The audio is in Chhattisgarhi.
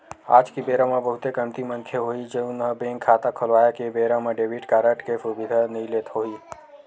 आज के बेरा म बहुते कमती मनखे होही जउन ह बेंक खाता खोलवाए के बेरा म डेबिट कारड के सुबिधा नइ लेवत होही